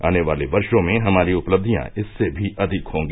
आने वाले वर्षो में हमारी उपलब्धियां इससे भी अधिक होंगी